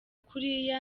kuriya